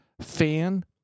fan